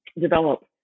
develop